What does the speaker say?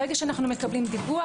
ברגע שאנו מקבלים דיווח,